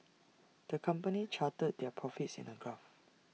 the company charted their profits in A graph